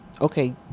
okay